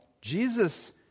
Jesus